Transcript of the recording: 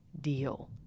deal